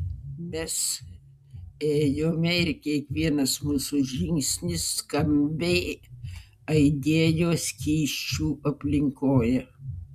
mes ėjome ir kiekvienas mūsų žingsnis skambiai aidėjo skysčių aplinkoje